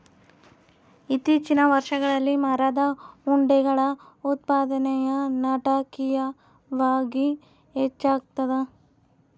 ಇತ್ತೀಚಿನ ವರ್ಷಗಳಲ್ಲಿ ಮರದ ಉಂಡೆಗಳ ಉತ್ಪಾದನೆಯು ನಾಟಕೀಯವಾಗಿ ಹೆಚ್ಚಾಗ್ತದ